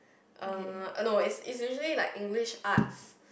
uh no it's it's usually like English arts